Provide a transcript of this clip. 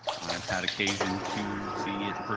i've had occasion to see it